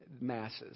masses